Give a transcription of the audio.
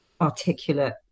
articulate